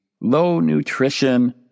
low-nutrition